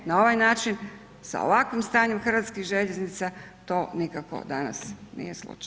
Na ovaj način sa ovakvim stanjem hrvatskih željeznica to nikako danas nije slučaj.